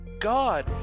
God